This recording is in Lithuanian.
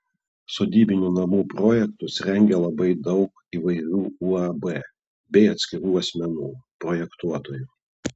sodybinių namų projektus rengia labai daug įvairių uab bei atskirų asmenų projektuotojų